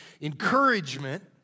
encouragement